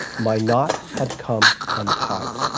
my knot had come untied.